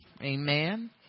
Amen